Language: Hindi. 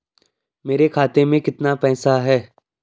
मेरे खाते में कितना पैसा है?